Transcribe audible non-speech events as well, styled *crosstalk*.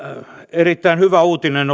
erittäin hyvä uutinen *unintelligible*